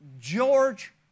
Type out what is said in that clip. George